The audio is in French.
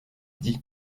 dit